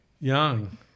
Young